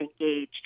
engaged